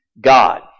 God